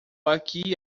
aqui